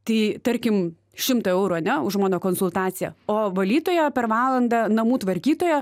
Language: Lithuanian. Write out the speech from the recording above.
tai tarkim šimtą eurų ane už mano konsultaciją o valytoja per valandą namų tvarkytoja